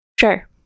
Sure